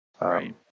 right